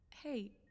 Hey